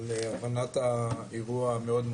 על הבנת האירוע המאוד,